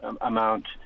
amount